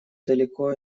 далеко